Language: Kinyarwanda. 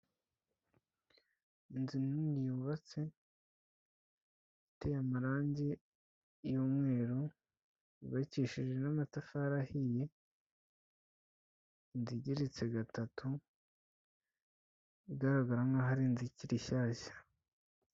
Inzu nini yubatse iteye amarangi y'umweru, yubakishije n'amatafari ahiye, inzu igeretse gatatu, igaragara nkaho ari inzu ikiri shyashya.